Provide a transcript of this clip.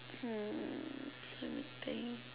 hmm let me think